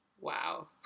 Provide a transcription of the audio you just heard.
Wow